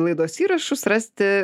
laidos įrašus rasite